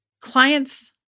Clients